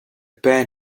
pan